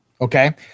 Okay